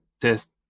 test